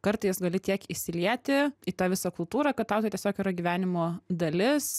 kartais gali tiek įsilieti į tą visą kultūrą kad tau tai tiesiog yra gyvenimo dalis